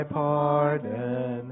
pardon